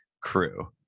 Crew